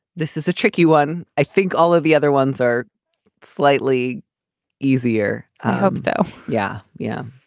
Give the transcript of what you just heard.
this is a tricky one. i think all of the other ones are slightly easier. i hope so. yeah yeah.